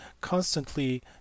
constantly